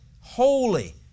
holy